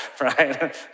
right